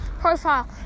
profile